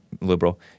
liberal